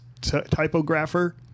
typographer